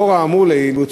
לאור האמור לעיל,